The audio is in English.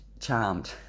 Charmed